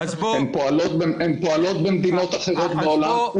הן פועלות במדינות אחרות בעולם,